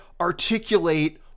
articulate